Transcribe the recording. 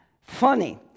Funny